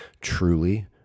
truly